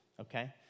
Okay